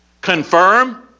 Confirm